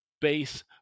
base